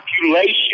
population